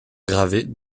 gravés